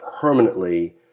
permanently